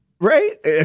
Right